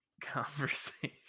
conversation